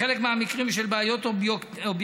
בחלק מהמקרים בשל בעיות אובייקטיביות